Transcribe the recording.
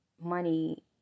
money